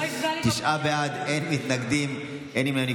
תשעה בעד, אין מתנגדים, אין נמנעים.